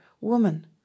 Woman